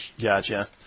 Gotcha